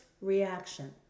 reaction